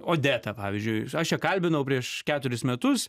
odeta pavyzdžiui aš ją kalbinau prieš keturis metus